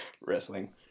Wrestling